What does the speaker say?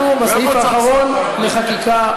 אנחנו בסעיף האחרון של החקיקה,